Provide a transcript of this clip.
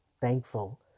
thankful